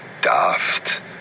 daft